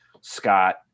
Scott